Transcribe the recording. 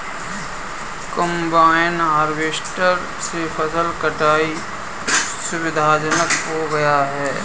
combine harvester से फसल कटाई सुविधाजनक हो गया है